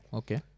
okay